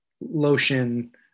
lotion